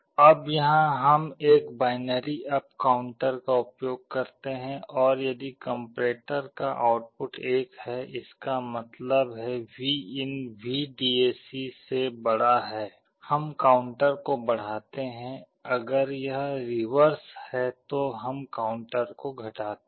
अब यहां हम एक बाइनरी अप काउंटर का उपयोग करते हैं और यदि कम्पेरेटर का आउटपुट 1 है इसका मतलब है Vin VDAC से बड़ा है हम काउंटर को बढ़ाते हैं अगर यह रिवर्स है तो हम काउंटर को घटाते हैं